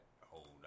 whole